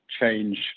change